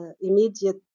immediate